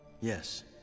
Yes